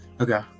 Okay